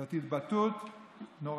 זאת התבטאות נוראה.